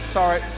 Sorry